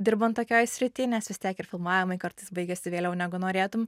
dirbant tokioj srity nes vis tiek ir filmavimai kartais baigiasi vėliau negu norėtum